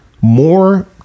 more